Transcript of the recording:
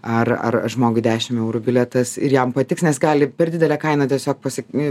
ar ar žmogui dešimt eurų bilietas ir jam patiks nes gali per didelę kainą tiesiog pasekmė